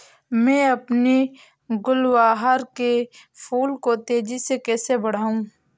मैं अपने गुलवहार के फूल को तेजी से कैसे बढाऊं?